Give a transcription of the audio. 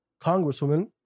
Congresswoman